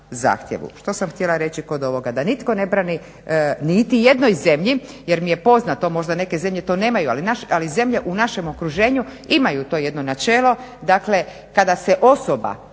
Što sam htjela reći kod ovoga? Da nitko ne brani niti jednoj zemlji jer mi je poznato, možda neke zemlje to nemaju ali zemlje u našem okruženju imaju to jedno načelo,